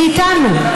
מאיתנו,